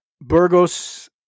Burgos